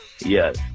Yes